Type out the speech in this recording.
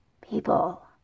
People